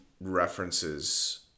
references